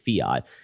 fiat